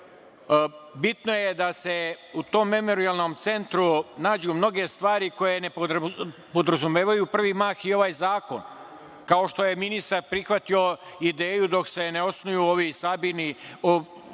Bitno je da se u tom memorijalnom centru nađu mnoge stvari koje ne podrazumevaju u prvi mah i ovaj zakon, kao što je ministar prihvatio ideju dok se ne osnuju ovi